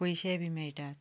पयशे बी मेळटात